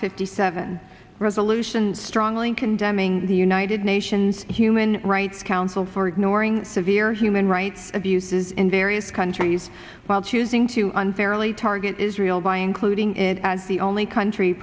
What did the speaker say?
fifty seven resolution strongly condemning the united nations human rights council for ignoring severe human rights abuses in various countries while choosing to unfairly target israel by including it as the only country